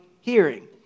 hearing